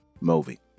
movie